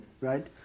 Right